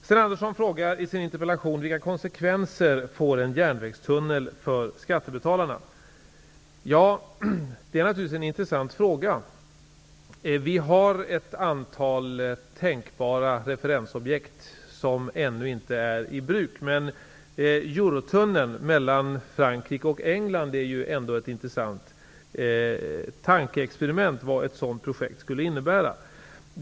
Sten Andersson frågar i sin interpellation vilka konsekvenser en järnvägstunnel får för skattebetalarna. Det är naturligtvis en intressant fråga. Vi har ett antal tänkbara referensobjekt, som ännu inte är i bruk. Eurotunneln mellan Frankrike och England är ändå ett intressant jämförelseobjekt.